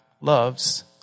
loves